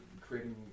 creating